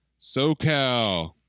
SoCal